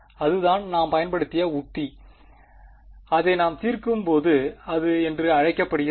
எனவே அதுதான் நாம் பயன்படுத்தும் உத்தி அதை நாம் தீர்க்கும்போது அது என்று அழைக்கப்படுகிறது